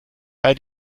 bei